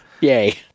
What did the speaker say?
Yay